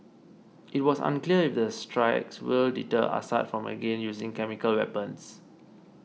it was unclear if the strikes will deter Assad from again using chemical weapons